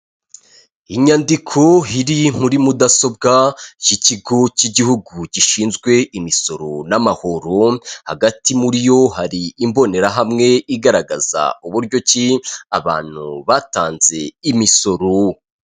Inyandiko iri muri mudasobwa y'ikigo cy'igihugu gishinzwe imisoro n'amahoro, hagati muri yo hari imbonerahamwe igaragaza uburyo ki abantu batanze imisoro.